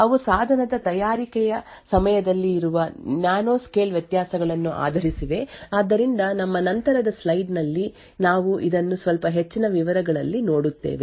ಅವು ಸಾಧನದ ತಯಾರಿಕೆಯ ಸಮಯದಲ್ಲಿ ಇರುವ ನ್ಯಾನೊಸ್ಕೇಲ್ ವ್ಯತ್ಯಾಸಗಳನ್ನು ಆಧರಿಸಿವೆ ಆದ್ದರಿಂದ ನಮ್ಮ ನಂತರದ ಸ್ಲೈಡ್ vನಲ್ಲಿ ನಾವು ಇದನ್ನು ಸ್ವಲ್ಪ ಹೆಚ್ಚಿನ ವಿವರಗಳಲ್ಲಿ ನೋಡುತ್ತೇವೆ